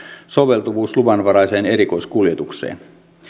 soveltuvuus luvanvaraiseen erikoiskuljetukseen